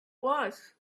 was